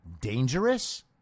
dangerous